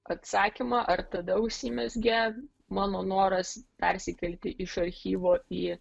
atsakymą ar tada užsimezgė mano noras persikelti iš archyvo į